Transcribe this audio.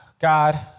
God